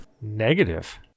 Negative